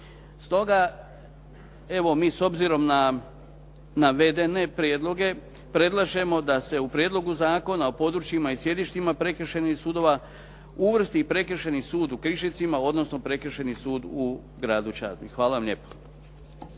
Stoga evo mi s obzirom na navedene prijedloge, predlažemo da se u Prijedlogu Zakona o područjima i sjedištima prekršajnih sudova, uvrsti i Prekršajni sud u Križevcima, odnosno Prekršajni sud u gradu Čazmi. Hvala vam lijepo.